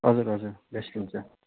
हजुर हजुर बेस्ट हुन्छ